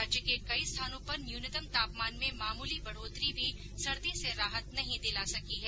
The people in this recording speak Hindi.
राज्य के कई स्थानों पर न्यूनतम तापमान में मामूली बढ़ोतरी भी सर्दी से राहत नहीं दिला सकी है